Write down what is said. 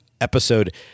episode